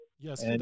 Yes